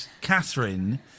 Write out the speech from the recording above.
Catherine